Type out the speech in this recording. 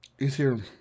Ethereum